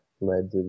led